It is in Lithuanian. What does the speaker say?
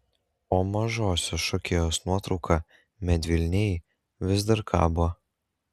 o mažosios šokėjos nuotrauka medvilnėj vis dar kabo